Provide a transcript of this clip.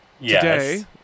Today